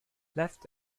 left